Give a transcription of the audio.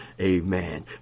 Amen